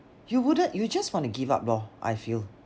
you wouldn't you just want to give up lor I feel